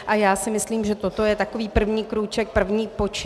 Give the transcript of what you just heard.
A já si myslím, že toto je takový první krůček, první počin.